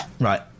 Right